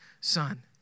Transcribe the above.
son